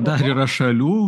dar yra šalių